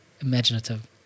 Imaginative